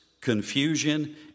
confusion